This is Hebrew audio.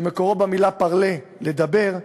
שמקור שמו במילה parler, לדבר,